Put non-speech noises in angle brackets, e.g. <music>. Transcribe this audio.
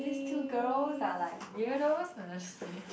these two girls are like weirdos <laughs>